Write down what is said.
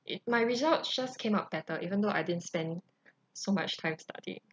my result just came out better even though I didn't spend so much time studying